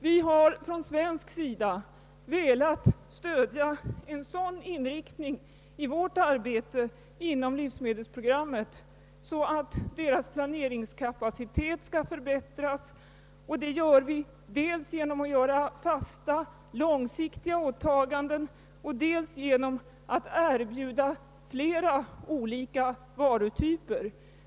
Vi vill från svensk sida stödja en sådan inriktning av livsmedelsprogrammet att dess planeringskapacitet skall förbättras. Detta åstadkommer vi dels genom att göra fasta, långsiktiga åtaganden, dels genom att erbjuda flera olika varutyper.